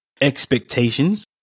expectations